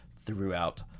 throughout